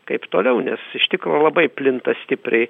kaip toliau nes iš tikro labai plinta stipriai